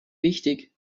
wichtig